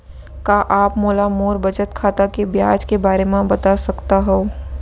का आप मोला मोर बचत खाता के ब्याज के बारे म बता सकता हव?